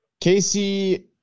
Casey